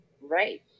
right